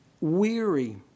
weary